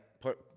put